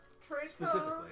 specifically